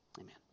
Amen